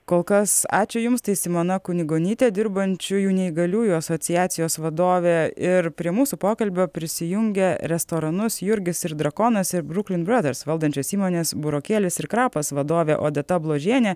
kol kas ačiū jums tai simona kunigonytė dirbančiųjų neįgaliųjų asociacijos vadovė ir prie mūsų pokalbio prisijungė restoranus jurgis ir drakonas ir bruklin broders valdančios įmonės burokėlis ir krapas vadovė odeta bložienė